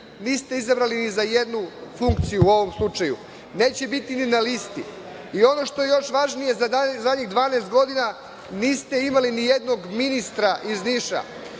niste izabrali ni za jednu funkciju u ovom slučaju. Neće biti ni na listi. Ono što je još važnije, zadnjih 12 godina niste imali nijednog ministra iz Niša.